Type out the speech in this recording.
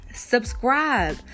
Subscribe